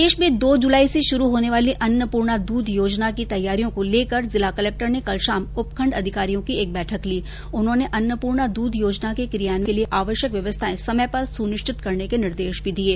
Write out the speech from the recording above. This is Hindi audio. प्रदेश में दो जुलाई से शुरू होने वाली अन्नपूर्णा दूध योजना की तैयारियों को लेकर जिला कलक्टर ने कल शाम उपखण्ड अधिकारियों की एक बैठक ली उन्होंने अन्नपूर्णा द्रध योजना के कियान्वयन के लिये आवश्यक व्यवस्थायें समय पर सुनिश्चित करने के निर्देश भी दिये